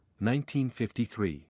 1953